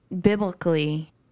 biblically